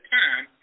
time